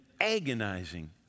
agonizing